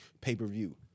pay-per-view